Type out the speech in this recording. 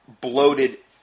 bloated